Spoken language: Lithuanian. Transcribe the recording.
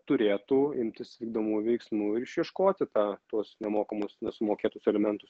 turėtų imtis vykdomų veiksmų ir išieškoti tą tuos nemokamus nesumokėtus alimentus